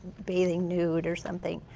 bathing nude or something.